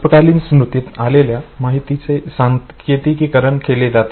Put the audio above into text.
अल्पकालीन स्मृतीत आलेल्या माहितीचे सांकेतीकरण केले जाते